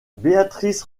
béatrice